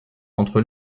entre